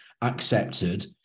accepted